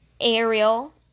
ariel